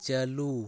ᱪᱟᱹᱞᱩ